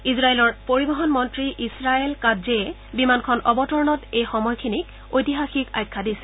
ইজৰাইলৰ পৰিৱহণ মন্ত্ৰী ইছৰায়েল কাটজেয়ে বিমানখন অৱতৰণত এই সময়খিনিক ঐতিহাসিক আখ্যা দিছে